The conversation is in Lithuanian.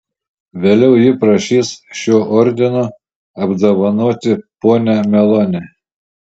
vėliau ji prašys šiuo ordinu apdovanoti ponią meloni